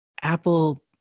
Apple